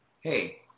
Hey